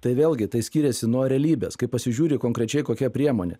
tai vėlgi tai skiriasi nuo realybės kai pasižiūri konkrečiai kokia priemonė